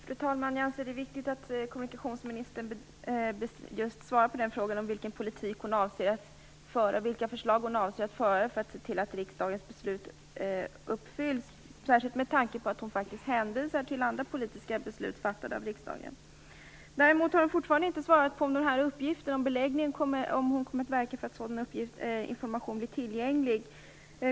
Fru talman! Jag anser att det är viktigt att kommunikationsministern svarar på frågan om vilken politik hon avser att föra och vilka förslag hon avser att lägga fram för att se till att riksdagens beslut uppfylls, särskilt med tanke på att hon faktiskt hänvisar till andra politiska beslut som riksdagen har fattat. Däremot har hon fortfarande inte svarat på om hon kommer att verka för att information om beläggningen blir tillgänglig. Fru talman!